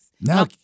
Now